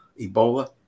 Ebola